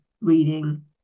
reading